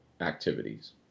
activities